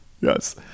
Yes